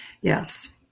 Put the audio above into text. Yes